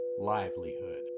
livelihood